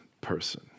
person